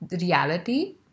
reality